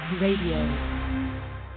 radio